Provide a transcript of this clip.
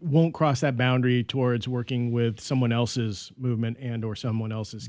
won't cross that boundary towards working with someone else's movement and or someone else's